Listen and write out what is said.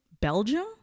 Belgium